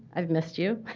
i've missed you.